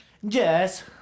Yes